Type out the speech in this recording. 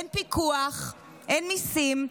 אין פיקוח, אין מיסים.